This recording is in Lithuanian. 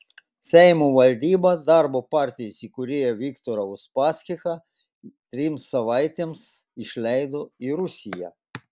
seimo valdyba darbo partijos įkūrėją viktorą uspaskichą trims savaitėms išleido į rusiją